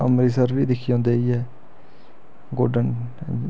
अमृतसर बी दिक्खी आंदे जाइयै गोल्डन